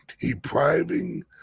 depriving